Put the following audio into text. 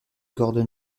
gordon